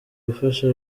gufasha